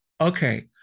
Okay